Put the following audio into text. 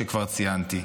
שכבר ציינתי.